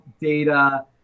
Data